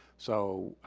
so,